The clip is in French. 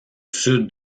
sud